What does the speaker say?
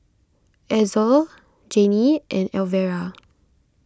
Ezell Janie and Elvera